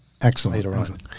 Excellent